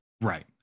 right